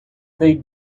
they